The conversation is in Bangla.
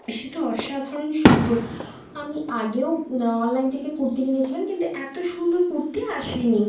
সেটা অসাধারণ সুন্দর আমি আগেও অনলাইন থেকে কুর্তি কিনেছিলাম কিন্তু এত সুন্দর কুর্তি আসে নি